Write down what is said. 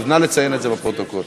לרשום בפרוטוקול,